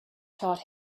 taught